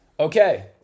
Okay